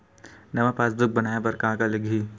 नवा पासबुक बनवाय बर का का लगही?